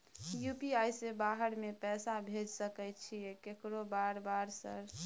UPI से बाहर में पैसा भेज सकय छीयै केकरो बार बार सर?